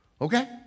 Okay